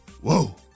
whoa